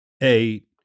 eight